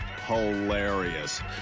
Hilarious